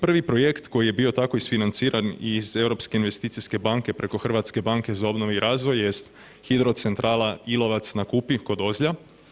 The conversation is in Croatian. Prvi projekt koji je bio tako isfinanciran iz Europske investicijske banke preko Hrvatske banke za obnovu i razvoj jest Hidrocentrala Ilovac na Kupi kod Ozlja.